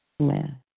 Amen